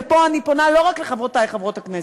ופה אני פונה לא רק לחברותי חברות הכנסת,